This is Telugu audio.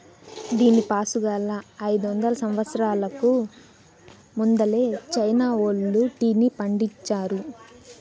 దీనిపాసుగాలా, అయిదొందల సంవత్సరాలకు ముందలే చైనా వోల్లు టీని పండించారా